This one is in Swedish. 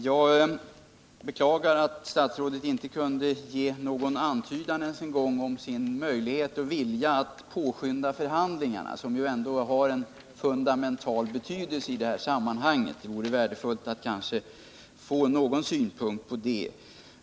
Jag beklagar att statsrådet inte kunde ge ens någon antydan om sina möjligheter och sin vilja att påskynda förhandlingarna, som ändå har en fundamental betydelse i detta sammanhang. Det vore värdefullt att få någon synpunkt på det.